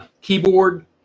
keyboard